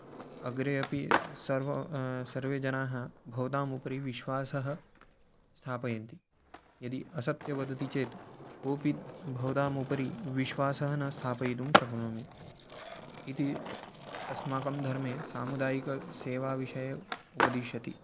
अग्रे अपि सर्वं सर्वे जनाः भवताम् उपरि विश्वासं स्थापयन्ति यदि असत्यं वदति चेत् कोपि भवताम् उपरि विश्वासं न स्थापयितुं शक्नोमि इति अस्माकं धर्मे सामुदायिकसेवाविषये उपदिशति